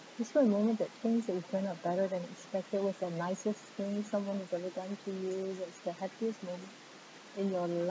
describe a moment that things turn out better than expected what's the nicest thing someone has ever done to you what is the happiest moment in your life